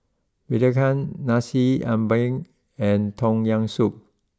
Belacan Nasi Ambeng and Tom Yam Soup